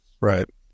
Right